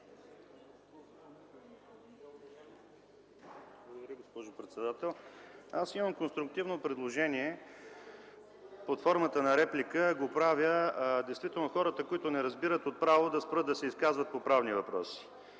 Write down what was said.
Благодаря, госпожо председател. Имам конструктивно предложение под формата на реплика. Нека хората, които не разбират от право, да спрат да се изказват по правни въпроси.